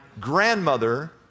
grandmother